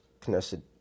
Knesset